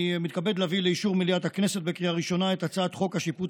אני מתכבד להביא לאישור מליאת הכנסת בקריאה ראשונה את הצעת חוק השיפוט